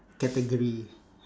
category